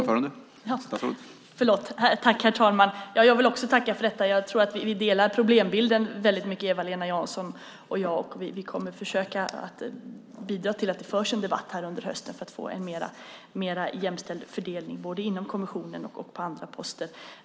Herr talman! Jag vill också tacka för debatten. Jag tror att Eva-Lena Jansson och jag delar problembilden ganska mycket. Vi kommer att försöka bidra till att det förs en debatt här under hösten för att man ska få en mer jämställd fördelning både inom kommissionen och på andra poster.